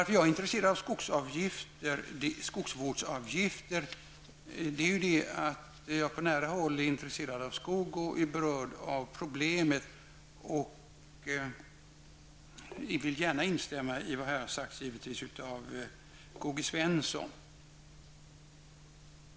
Jag är intresserad av skogsvårdsavgifter därför att jag på nära håll är intresserad av skog och är berörd av problemet. Jag vill givetvis gärna instämma i vad som här har sagts av K-G Svenson.